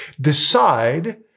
Decide